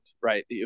right